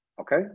okay